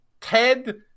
Ted